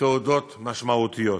תעודות משמעותיות.